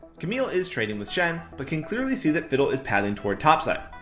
camille is trading with shen but can clearly see that fiddle is pathing toward top side.